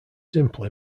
simply